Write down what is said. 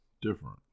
different